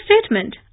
statement